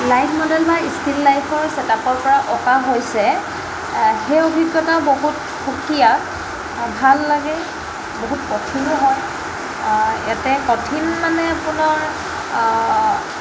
life model বা still লাইফৰ ছেটআাপৰপৰা অঁকা হৈছে সেই অভিজ্ঞতা বহুত সুকীয়া ভাল লাগে বহুত কঠিনো হয় ইয়াতে কঠিন মানে আপোনাৰ